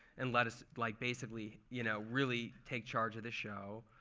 and let us, like basically, you know really take charge of the show.